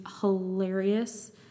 hilarious